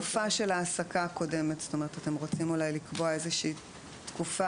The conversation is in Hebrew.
מבחינת התקופה של ההעסקה הקודמת אתם רוצים לקבוע תקופה